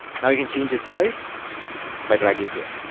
now you can change its size by dragging here